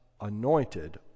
anointed